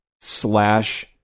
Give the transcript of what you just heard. slash